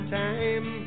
time